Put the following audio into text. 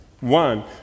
One